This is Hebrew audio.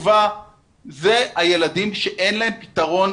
מי הילדים שאין להם אצלם פתרון,